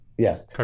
Yes